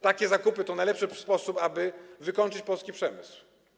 Takie zakupy to najlepszy sposób, aby wykończyć polski przemysł.